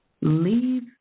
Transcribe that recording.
leave